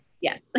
Yes